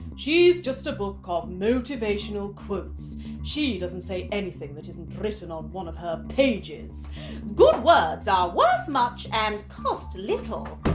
she's just a book of motivational quotes she doesn't say anything that isn't written on one of her pages. book good words are worth much and cost little.